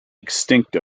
extinct